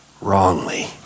wrongly